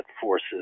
forces